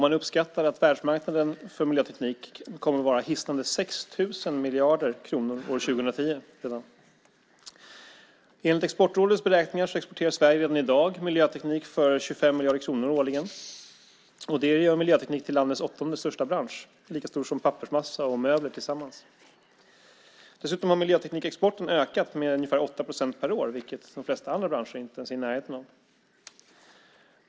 Man uppskattar att världsmarknaden för miljöteknik kommer att vara hisnande 6 000 miljarder kronor år 2010. Enligt Exportrådets beräkningar exporterar Sverige redan i dag miljöteknik för 25 miljarder kronor årligen. Det gör miljöteknik till landets åttonde största bransch, lika stor som pappersmassa och möbler tillsammans. Dessutom har miljöteknikexporten ökat med ungefär 8 procent per år, vilket de flesta andra branscher inte ens är i närheten av.